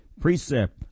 precept